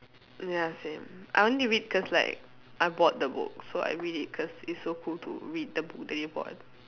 ya same I only to read cause like I bought the book so I read it cause it's so cool to read the book that you bought